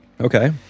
Okay